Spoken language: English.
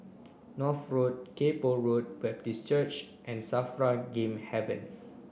North Road Kay Poh Road Baptist Church and SAFRA Game Haven